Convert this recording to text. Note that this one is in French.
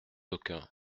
aucun